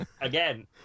Again